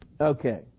Okay